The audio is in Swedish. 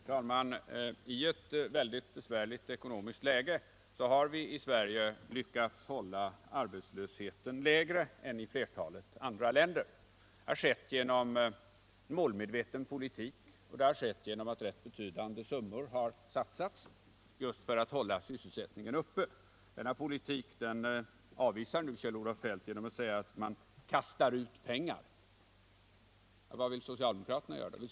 Herr talman! I ett mycket besvärligt ekonomiskt läge har vi här i Sverige lyckats hålla arbetslösheten lägre än i flertalet andra länder. Det har åstadkommits genom en målmedveten politik och genom att ganska betydande belopp har satsats på att hålla sysselsättningen uppe. Men den politiken avvisar nu Kjell-Olof Feldt genom att säga att vi kastar ut pengar. Ja, vad vill socialdemokraterna göra då?